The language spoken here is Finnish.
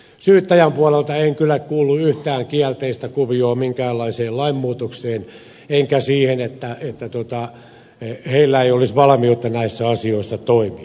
syyttäjän puolelta en kyllä kuullut yhtään kielteistä kuviota minkäänlaiseen lainmuutokseen enkä sitä että heillä ei olisi valmiutta näissä asioissa toimia